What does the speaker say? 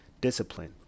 discipline